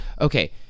okay